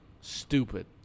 Stupid